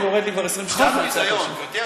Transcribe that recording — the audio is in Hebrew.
ירדו לי כבר 20 שניות זה קצת ביזיון,